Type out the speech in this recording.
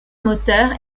moteurs